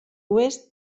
oest